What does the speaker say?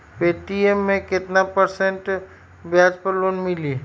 Paytm मे केतना percent ब्याज पर लोन मिली?